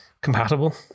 compatible